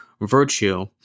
virtue